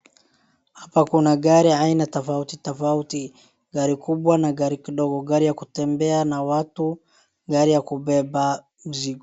Hapa kuna gari aina tofauti tofauti gari kubwa na gari kidogo, gari ya kutembea na watu, gari ya kubeba mzigo.